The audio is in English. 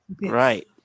Right